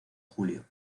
julio